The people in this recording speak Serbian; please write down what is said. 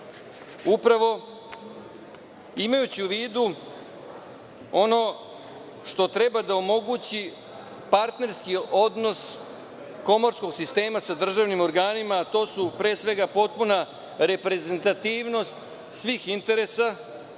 upravo imajući u vidu ono što treba da omogući partnerski odnos komorskog sistema sa državnim organima, a to su, pre svega, potpuna reprezentativnost svih interesa,